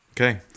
okay